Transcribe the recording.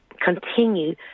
continue